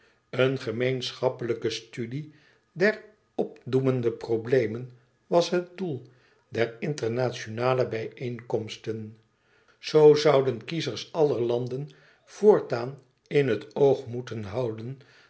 een gemeenschappelijke studie der opdoemende problemen was het doel der internationale bijeenkomsten zoo zouden kiezers aller landen voortaan in het oog moeten houden